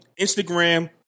Instagram